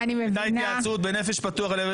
הייתה התייעצות בנפש פתוחה,